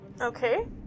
Okay